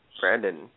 Brandon